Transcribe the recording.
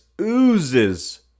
oozes